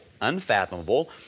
unfathomable